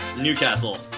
Newcastle